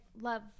love